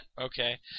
Okay